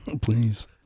please